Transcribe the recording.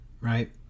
right